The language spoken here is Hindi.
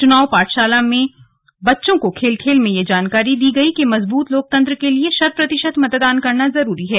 चुनाव पाठशाला में बच्चों को खेल खेल में यह जानकारी दी गई कि मजबूत लोकतंत्र के लिए शत प्रतिशत मतदान करना जरूरी है